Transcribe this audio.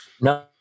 No